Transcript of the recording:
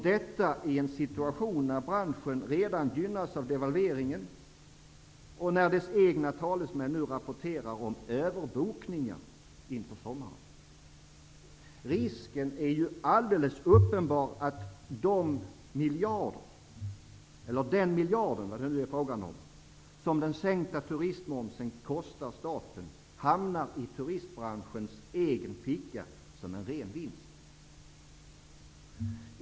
Detta i en situation när branschen redan gynnas av devalveringen och när dess egna talesmän nu rapporterar om överbokningar inför sommaren. Risken är alldeles uppenbar att den miljard som den sänkta turistmomsen kostar staten hamnar i turistbranschens egen ficka som en ren vinst.